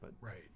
Right